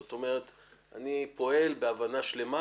זאת אומרת, אני פועל בהבנה שלמה